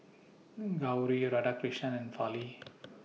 Gauri Radhakrishnan and Fali